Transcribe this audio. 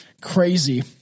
crazy